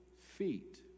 feet